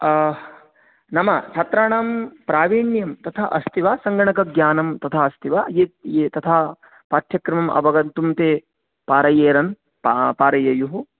नाम छात्राणां प्रावीण्यं तथा अस्ति वा सङ्गणकज्ञानं तथा अस्ति वा ये ये तथा पाठ्यक्रमम् अवगन्तुं ते पारयेरण् पारयेयुः